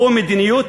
הוא מדיניות